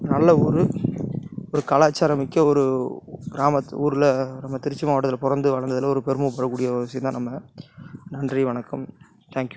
நல்ல ஊர் ஒரு கலாச்சாரம் மிக்க ஒரு கிராமம் ஊரில் திருச்சி மாவட்டத்தில் பிறந்து வளந்ததில் ஒரு பெருமை பட கூடிய விஷயம் தான் நம்ம நன்றி வணக்கம் தேங்க்யூ